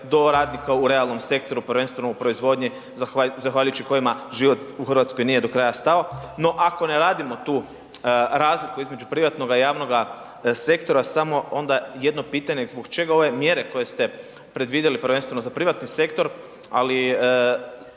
do radnika u realnom sektoru, prvenstveno u proizvodnji zahvaljujući kojima život u Hrvatskoj nije do kraja stao. No ako ne radimo tu razliku između privatnoga i javnoga sektora samo onda jedno pitanje, zbog čega ove mjere koje ste predvidjeli, prvenstveno za ovaj privatni sektor, ali